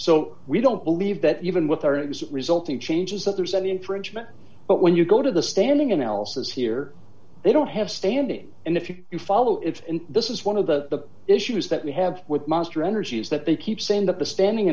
so we don't believe that even with our exit resulting changes that there's any infringement but when you go to the standing analysis here they don't have standing and if you do follow it and this is one of the issues that we have with monster energy is that they keep saying that the standing